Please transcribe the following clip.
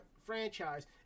franchise